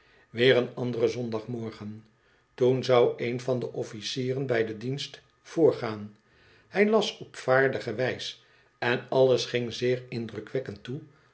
weer een anderen zondagmorgen toen zou een van de officieren bij den dienst voorgaan hij las op waardige wijs en alles ging zeer indrukwekkend toe